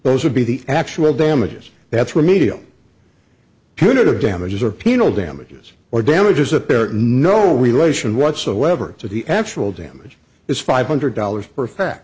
those would be the actual damages that's remedial community damages or penal damages or damages a bear no relation whatsoever to the actual damage is five hundred dollars perfect